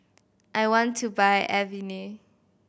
I want to buy Avene